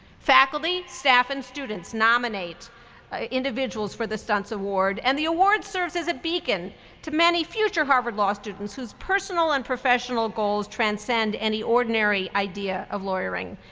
faculty, staff, and students nominate individuals for the stuntz award, and the award serves as a beacon to many future harvard law students whose personal and professional goals transcend any ordinary idea of lawyering.